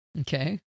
Okay